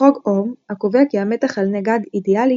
חוק אוהם - הקובע כי המתח על נגד אידיאלי